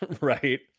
right